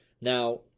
Now